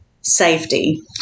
safety